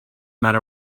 matter